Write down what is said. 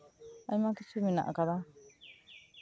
ᱟᱭᱢᱟ ᱠᱤᱪᱷᱩ ᱢᱮᱱᱟᱜ ᱟᱠᱟᱫᱟ